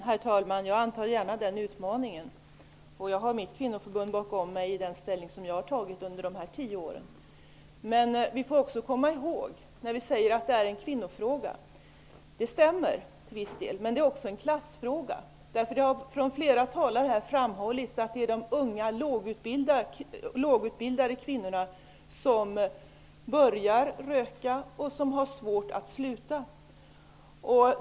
Herr talman! Jag antar gärna den utmaningen, och jag har mitt kvinnoförbund bakom mig i det ställningstagande som jag har gjort under dessa tio år. Vi säger att detta är en kvinnofråga. Det stämmer till viss del. Men vi skall också komma ihåg att det är en klassfråga. Flera talare har här framhållit att de är de unga lågutbildade kvinnorna som börjar röka och som har svårt att sluta.